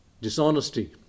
dishonesty